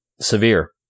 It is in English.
severe